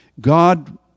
God